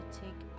take